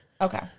Okay